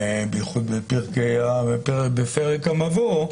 בייחוד בפרק המבוא,